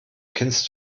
kennst